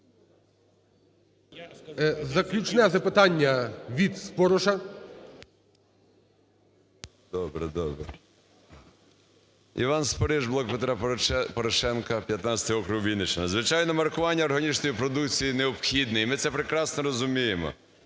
Заключне запитання від Спориша. 13:42:19 СПОРИШ І.Д. Іван Спориш, "Блок Петра Порошенка", 15-й округ Вінниччина. Звичайно, маркування органічної продукції необхідне і ми це прекрасно розуміємо.